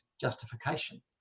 justification